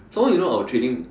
some more you know our training